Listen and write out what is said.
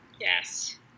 Yes